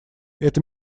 это